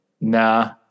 nah